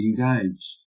engaged